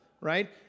right